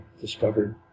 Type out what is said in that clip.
discovered